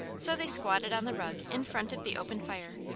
so they squatted on the rug in front of the open fire.